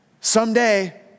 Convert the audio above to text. someday